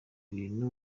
ibintu